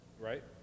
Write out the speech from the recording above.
right